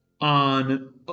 on